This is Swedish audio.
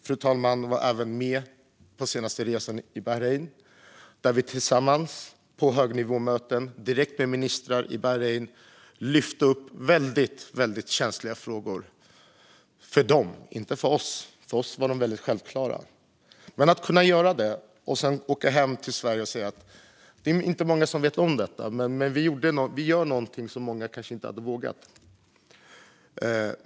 Fru talmannen var även med på den senaste resan till Bahrain, där vi tillsammans på högnivåmöten, direkt med ministrar i Bahrain, lyfte upp för oss självklara men för dem väldigt känsliga frågor. Det kan vi göra, och sedan kan vi åka hem till Sverige och säga: Det här är det inte många som vet om, men vi gör någonting som många kanske inte hade vågat.